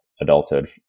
adulthood